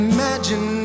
Imagine